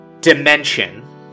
dimension